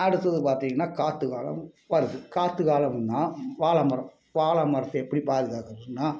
அடுத்தது பார்த்திங்கன்னா காற்று காலம் வருது காற்று காலமுன்னா வாழை மரம் வாழை மரத்தை எப்படி பாதுகாக்கணுன்னா